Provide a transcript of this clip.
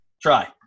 Try